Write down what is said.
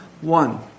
one